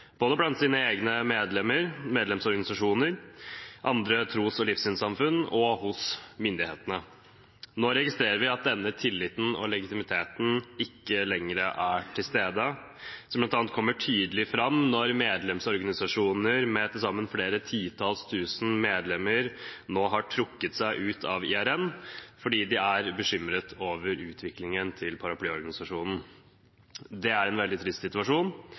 både blant sine egne medlemmer, medlemsorganisasjoner, andre tros- og livssynssamfunn og hos myndighetene. Nå registrerer vi at denne tilliten og legitimiteten ikke lenger er til stede, noe som bl.a. kommer tydelig fram når medlemsorganisasjoner med til sammen flere titalls tusen medlemmer nå har trukket seg ut av IRN fordi de er bekymret over utviklingen til paraplyorganisasjonen. Det er en veldig trist situasjon.